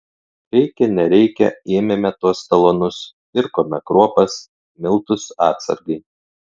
reikia nereikia ėmėme tuos talonus pirkome kruopas miltus atsargai